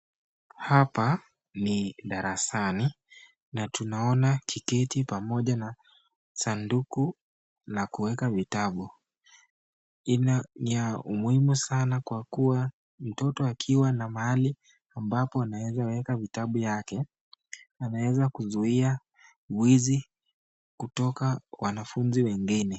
Hapa ni darasani na tunaona kikiti pamoja na saduku la kuweka vitabu. Ila ni la muhimu sana kwa kuwa mtoto akiwa na mahali ambapo anaweza weka vitabu yake anaweza kuzuia wizi kutoka kwa wanafunzi wengine.